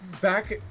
back